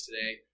today